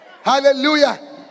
Hallelujah